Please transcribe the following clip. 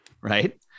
right